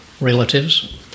relatives